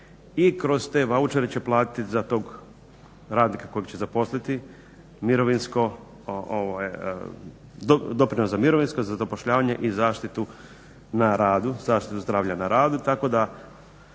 i kroz te vaučere će platiti za tog radnika kojeg će zaposliti mirovinsko, doprinos za mirovinsko, za zapošljavanje i zaštitu na radu,